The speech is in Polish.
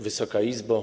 Wysoka Izbo!